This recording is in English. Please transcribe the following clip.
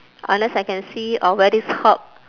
unless I can see uh where this herb